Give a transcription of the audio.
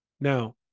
Now